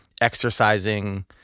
exercising